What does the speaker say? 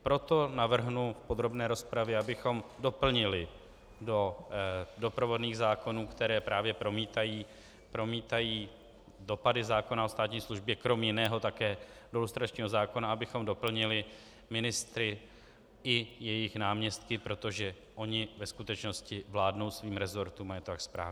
Proto navrhnu v podrobné rozpravě, abychom doplnili do doprovodných zákonů, které právě promítají dopady zákona o státní službě, krom jiného také do lustračního zákona, abychom doplnili ministry i jejich náměstky, protože oni ve skutečnosti vládnou svým rezortům a je to tak správně.